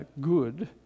good